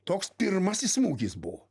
toks pirmasis smūgis buvo